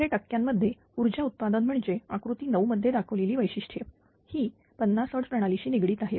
तर हे टक्क्यांमध्ये ऊर्जा उत्पादन म्हणजेच आकृती 9 मध्ये दाखवलेली वैशिष्ट्ये ही 50 Hz प्रणालीशी निगडीत आहेत